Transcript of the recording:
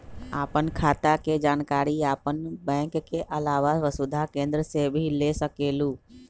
आपन खाता के जानकारी आपन बैंक के आलावा वसुधा केन्द्र से भी ले सकेलु?